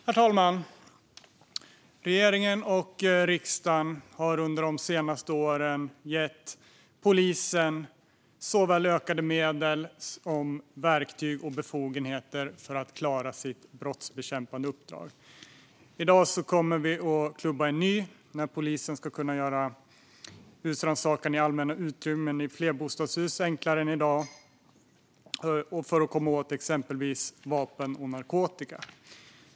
Herr talman! Regeringen och riksdagen har under de senaste åren gett polisen såväl ökade medel som verktyg och befogenheter för att den ska klara sitt brottsbekämpande uppdrag. I dag kommer vi att klubba igenom att polisen ska kunna göra husrannsakan i allmänna utrymmen i flerbostadshus enklare än i dag för att komma åt exempelvis vapen och narkotika.